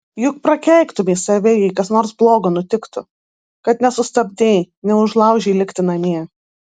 juk prakeiktumei save jei kas nors blogo nutiktų kad nesustabdei neužlaužei likti namie